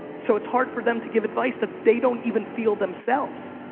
so it's hard for them to give advice that they don't even feel themselves.